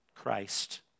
Christ